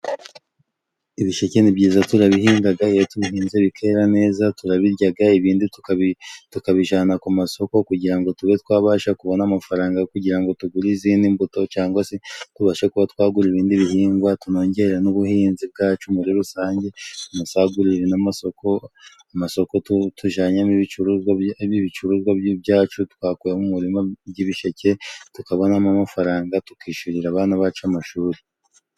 Ibisheke ni byiza turabihingaga. Iyo tubihinze bikera neza turabiryaga, ibindi tukabijana ku masoko kugira ngo tube twabasha kubona amafaranga yo kugira ngo tugure izindi mbuto, cyangwa se tubashe kuba twagura ibindi bihingwa, tunongere n'ubuhinzi bwacu muri rusange tunasagurire n'amasoko. Amasoko tujanyemo ibicuruzwa ibicuruzwa byacu twakuye mu murima ry'ibisheke tukabonamo amafaranga, tukishurira abana bacu amashuri.